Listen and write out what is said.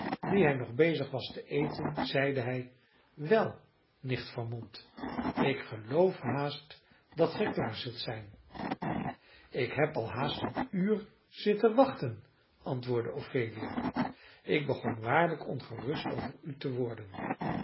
dien hij nog bezig was te eten zeide hij wel nicht vermont ik geloof haast dat ge klaar zult zijn ik heb al haast een uur zitten wachten antwoordde ophelia ik begon waarlijk ongerust over u te worden